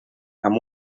amb